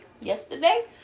Yesterday